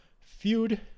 feud